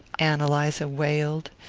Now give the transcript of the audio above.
ann eliza wailed.